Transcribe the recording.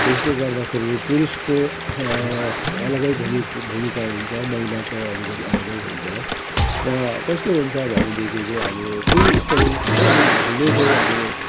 त्यसले गर्दाखेरि पुरुषको अलग्गै भूमिका भूमिका हुन्छ महिलाको अलिकति अलगै हुन्छ र कस्तो हुन्छ भनेदेखि चाहिँ अब पुरुष चाहिँ ले चाहिँ अब